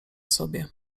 sobie